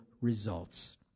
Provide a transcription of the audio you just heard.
results